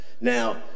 Now